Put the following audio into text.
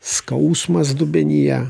skausmas dubenyje